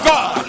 God